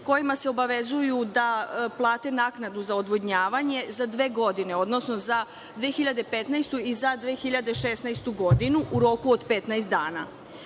kojima se obavezuju da plate naknadu za odvodnjavanje za dve godine, odnosno za 2015. i 2016. godinu u roku od 15 dana.